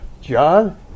John